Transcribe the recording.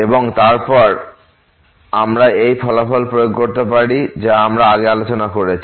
এবং তারপর আমরা সেই ফলাফল প্রয়োগ করতে পারি যা আমরা আগে আলোচনা করেছি